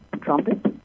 trumpet